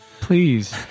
Please